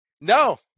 No